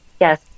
Yes